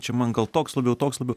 čia man gal toks labiau toks labiau